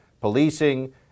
policing